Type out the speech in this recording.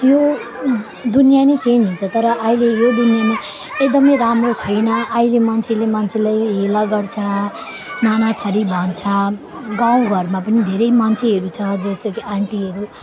यो दुनियाँ नै चेन्ज हुन्छ तर अहिले यो दुनियाँमा एकदमै राम्रो छैन अहिले मान्छेले मान्छेलाई हेला गर्छ नाना थरी भन्छ गाउँघरमा पनि धेरै मान्छेहरू छ जस्तै कि आन्टीहरू